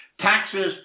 taxes